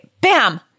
bam